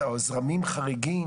או זרמים חריגים,